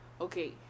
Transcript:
Okay